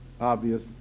obvious